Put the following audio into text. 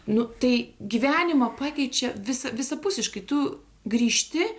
nu tai gyvenimą pakeičiau visa visapusiškai tu grįžti